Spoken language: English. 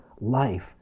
life